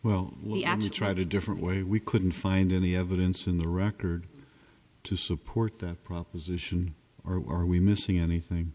actually try to different way we couldn't find any evidence in the record to support that proposition or are we missing anything